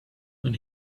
when